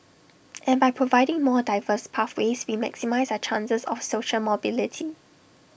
and by providing more diverse pathways we maximise our chances of social mobility